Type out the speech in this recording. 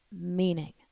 meaning